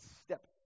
step